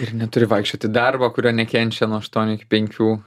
ir neturi vaikščiot į darbą kurio nekenčia nuo aštuonių iki penkių